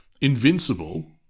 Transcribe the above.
invincible